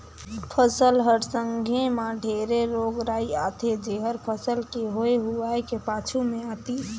फसल हर संघे मे ढेरे रोग राई आथे जेहर फसल के होए हुवाए के पाछू मे आतिस